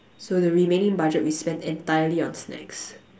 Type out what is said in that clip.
so the remaining budget we spent entirely on snacks